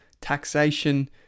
taxation